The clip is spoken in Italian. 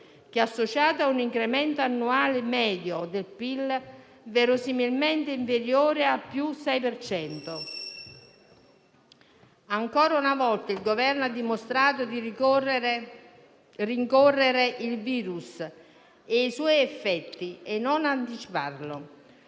e si associa a un incremento annuale medio del PIL verosimilmente inferiore al 6 per cento. Ancora una volta, il Governo ha dimostrato di rincorrere il virus e i suoi effetti, non di anticiparli.